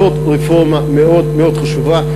זאת רפורמה מאוד מאוד חשובה,